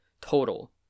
Total